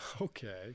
Okay